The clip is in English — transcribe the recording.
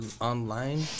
online